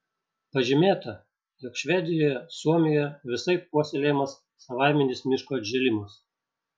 pažymėta jog švedijoje suomijoje visaip puoselėjamas savaiminis miško atžėlimas